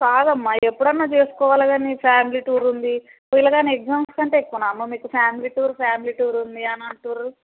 కాదమ్మ ఎప్పుడన్నా చేసుకోవాలి కానీ ఫ్యామిలీ టూర్ ఉంది పిల్లవాని ఎగ్జామ్స్ కంటే ఎక్కువనా అమ్మ మీకు ఫ్యామిలీ టూర్ ఫ్యామిలీ టూర్ ఉంది అని అంటుర్రు